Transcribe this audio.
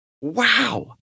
Wow